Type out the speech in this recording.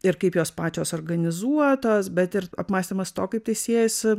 ir kaip jos pačios organizuotos bet ir apmąstymas to kaip tai siejasi